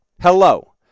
hello